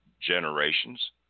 generations